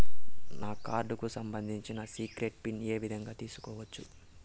నా కార్డుకు సంబంధించిన సీక్రెట్ పిన్ ఏ విధంగా తీసుకోవచ్చు?